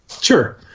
Sure